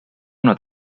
una